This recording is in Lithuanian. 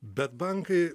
bet bankai